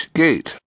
gate